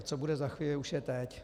Co bude za chvíli, už je teď.